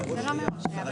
לא, זה לא מראש היה.